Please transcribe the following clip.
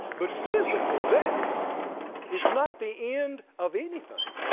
but physical death is not the end of anything.